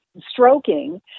stroking